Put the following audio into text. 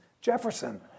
Jefferson